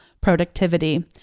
productivity